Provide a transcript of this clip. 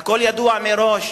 הכול ידוע מראש,